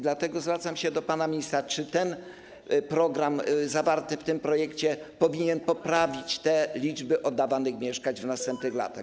Dlatego zawracam się do pana ministra: Czy program zawarty w tym projekcie powinien poprawić liczby oddawanych mieszkań w następnych latach?